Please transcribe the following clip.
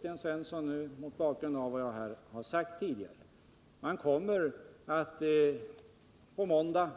Sten Svensson vet det mot bakgrund av vad jag här tidigare sagt. På måndag,